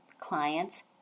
clients